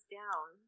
down